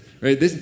right